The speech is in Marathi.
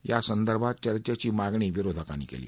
या संदर्भात चर्चेची मागणी विरोधकांनी केली